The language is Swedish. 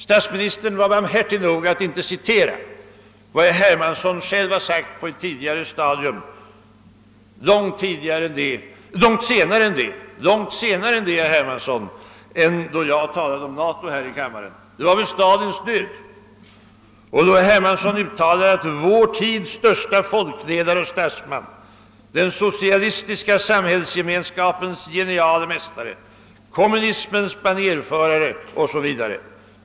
Statsministern var barmhärtig nog att inte citera vad herr Hermansson själv sagt på ett tidigare stadium, men långt senare än då jag talade om NATO här i kammaren. Det var vid Stalins död, då herr Hermansson uttalade: » Vår tids största folkledare och statsman, den socialistiska samhällsgemenskapens geniale mästare, kommunismens banérförare har gått ur tiden.